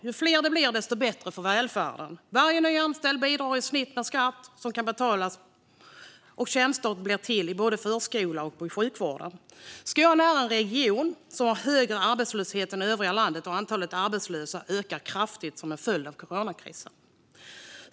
Ju fler det blir, desto bättre för välfärden. Varje ny anställd bidrar med skatt, och tjänster blir till i både förskola och sjukvård. Skåne är en region som har högre arbetslöshet än övriga landet, och antalet arbetslösa ökar kraftigt som en följd av coronakrisen.